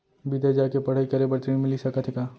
बिदेस जाके पढ़ई करे बर ऋण मिलिस सकत हे का?